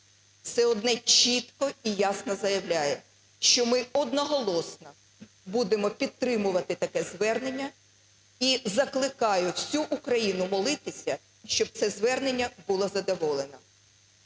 це одне чітко і ясно заявляє, що ми одноголосно будемо підтримувати таке звернення. І закликаю всю Україну молитися, щоб це звернення було задоволено.